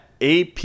ap